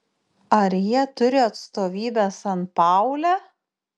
ar jie turi atstovybę sanpaule